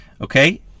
Okay